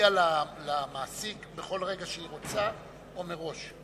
להודיע למעסיק בכל רגע שהיא רוצה, או מראש?